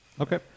Okay